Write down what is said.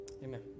Amen